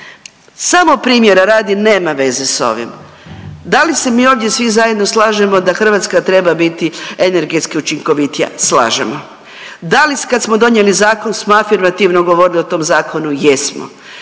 Samo primjera radi, nema veze s ovim, da li se mi ovdje svi zajedno slažemo da Hrvatska treba biti energetski učinkovitija? Slažemo. Da li kad smo donijeli zakon smo afirmativno govorili o tom zakonu? Jesmo.